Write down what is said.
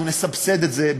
אנחנו נסבסד את זה,